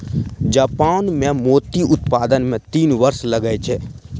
Japan मे मोती उत्पादन मे तीन वर्ष लगै छै